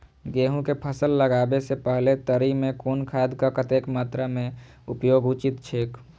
गेहूं के फसल लगाबे से पेहले तरी में कुन खादक कतेक मात्रा में उपयोग उचित छेक?